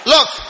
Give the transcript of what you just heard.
Look